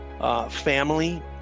Family